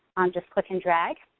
just click and drag.